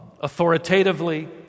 authoritatively